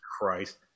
Christ